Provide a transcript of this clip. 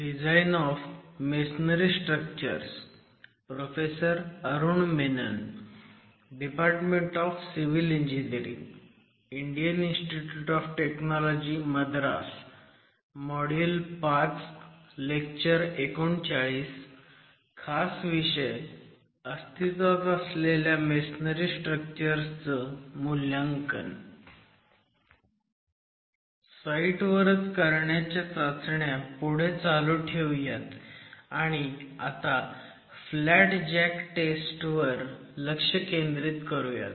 site वरच करण्याच्या चाचण्या पुढे चालू ठेऊयात आणि आता फ्लॅट जॅक टेस्ट वर लक्ष केंद्रित करूयात